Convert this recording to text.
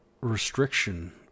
restriction